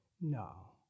No